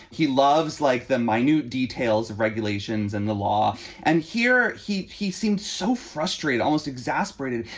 he loves like the my new details of regulations and the law and here he he seemed so frustrated, almost exasperated,